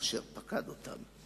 אשר פקד אותם.